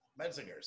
Menzingers